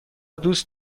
دوست